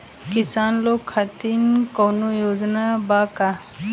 किसान लोग खातिर कौनों योजना बा का?